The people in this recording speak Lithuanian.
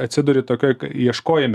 atsiduri tokioj ieškojime i